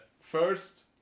First